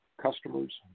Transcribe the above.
customers